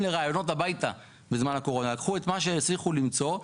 לראיונות עבודה והם לקחו את מה שהצליחו למצוא.